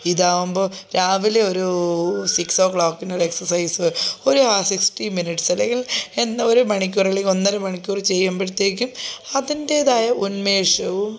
ഇതാകുമ്പോൾ രാവിലെയൊരു സിക്സോ ക്ലോക്കിന് ഒരു എക്സസൈസ് ഒരു സിക്സ്റ്റി മിനിറ്റ്സ് അല്ലെങ്കിൽ എന്താ ഒരു മണിക്കൂറ് അല്ലെങ്കിൽ ഒന്നരമണിക്കൂറ് ചെയ്യുമ്പഴത്തേക്കും അതിൻ്റേതായ ഉന്മേഷവും